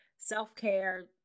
self-care